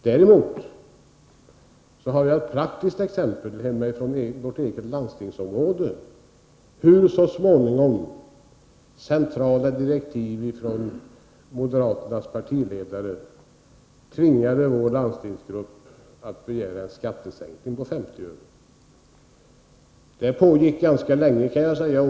Däremot har jag ett praktiskt exempel hemifrån mitt eget landstingsområde på hur centrala direktiv ifrån moderaternas partiledare så småningom tvingade den moderata landstingsgruppen i Skaraborgs läns landsting att begära en skattesänkning på 50 öre. Det pågick ganska länge, kan jag säga.